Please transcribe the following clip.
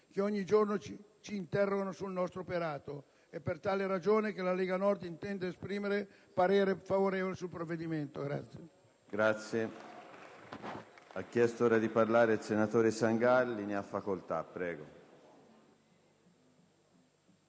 che ogni giorno ci interrogano sul nostro operato. È per tali ragioni che la Lega Nord esprimerà un voto favorevole sul provvedimento.